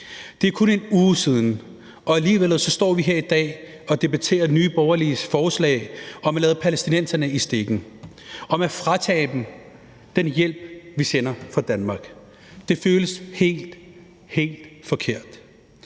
Det er kun en uge siden, og alligevel står vi her i dag og debatterer Nye Borgerliges forslag om at lade palæstinenserne i stikken; om at fratage dem den hjælp, vi sender fra Danmark. Det føles helt, helt forkert,